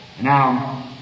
Now